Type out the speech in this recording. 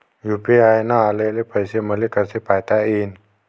UPI न आलेले पैसे मले कसे पायता येईन?